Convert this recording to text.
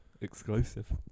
exclusive